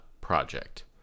project